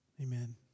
Amen